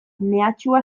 mehatxua